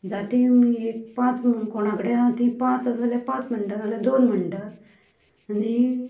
जाती मागीर एक पांच म्हूण कोणा कडेन आसा तीं पांच आसा जाल्यार पांच म्हणटा ना जाल्यार दोन म्हणटा आनी